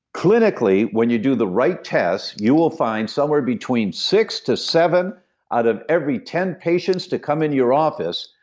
clinically, when you do the right test, you will find somewhere between six to seven out of every ten patients to come in your office,